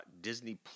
Disney+